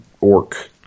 orc